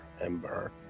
Ember